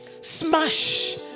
Smash